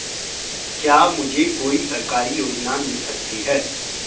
क्या मुझे कोई सरकारी योजना मिल सकती है?